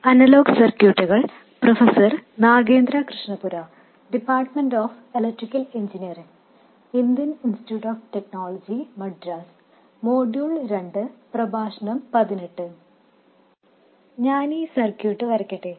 ഞാൻ ഈ സർക്യൂട്ട് വീണ്ടും വരക്കട്ടെ